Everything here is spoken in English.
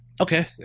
Okay